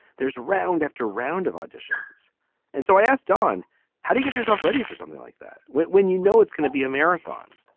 there's round after round of auditions and so i asked on how do you get yourself ready for something like that when when you know it's going to be a marathon.